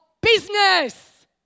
business